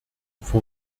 vor